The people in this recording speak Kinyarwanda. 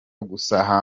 gusa